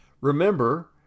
Remember